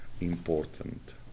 important